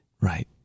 Right